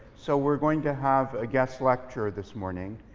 so, we're going to have a guest lecturer this morning.